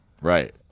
Right